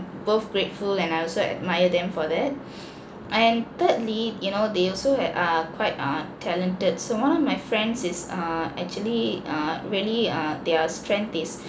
both grateful and I also admire them for that and thirdly you know they also had a quite err talented so one of my friends is err actually err really err their strength is